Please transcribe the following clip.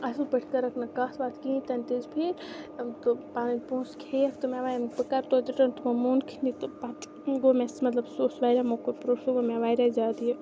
اَصٕل پٲٹھۍ کٔرٕکھ نہٕ کَتھ وَتھ کِہیٖنۍ تہِ نہٕ تِژ پھِرِ تہٕ پَنٕنۍ پونٛسہٕ کھیٚیَکھ تہٕ مےٚ وۄنۍ بہٕ کَر توتہِ رِٹٲرٕن تِمو مونکھٕے نہٕ تہٕ پَتہٕ گوٚو مےٚ سُہ مطلب سُہ اوس واریاہ موٚکُر پرٛو سُہ گوٚو مےٚ واریاہ زیادٕ یہِ